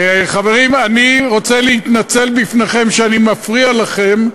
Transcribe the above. חברים, אני רוצה להתנצל בפניכם שאני מפריע לכם.